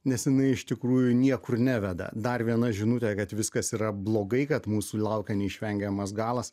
nes jinai iš tikrųjų niekur neveda dar viena žinutė kad viskas yra blogai kad mūsų laukia neišvengiamas galas